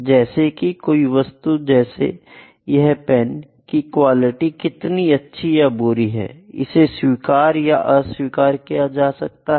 जैसे कि कोई वस्तु जैसे यह पेन की क्वालिटी कितनी अच्छी या बुरी है इसे स्वीकार या अस्वीकार क्या किया जाता है